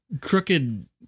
crooked